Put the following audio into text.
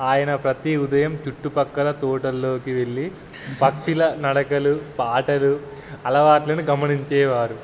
ఆయన ప్రతి ఉదయం చుట్టుపక్కల తోటలోకి వెళ్ళి పక్షుల నడకలు పాటలు అలవాట్లను గమనించేవారు